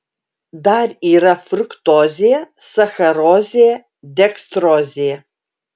dar yra fruktozė sacharozė dekstrozė